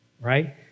right